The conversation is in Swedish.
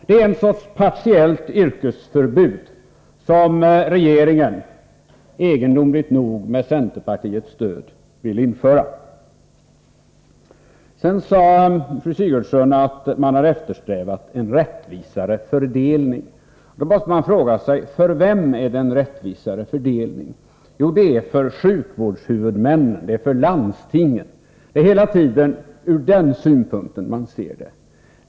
Det är fråga om en sorts partiellt yrkesförbud som regeringen — egendomligt nog med centerns stöd — vill införa. Sedan sade statsrådet Sigurdsen att man hade eftersträvat en rättvisare fördelning. Man måste då fråga sig: För vem är det en rättvisare fördelning? Jo, för sjukvårdshuvudmännen, för landstingen. Hela tiden ses frågan från den synpunkten.